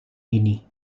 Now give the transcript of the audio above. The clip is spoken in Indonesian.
ini